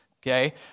okay